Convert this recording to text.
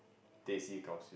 teh C kaw siew